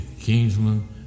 Kingsman